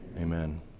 amen